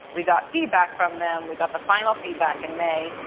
we got feedback from them, we got the final feedback in may,